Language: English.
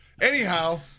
Anyhow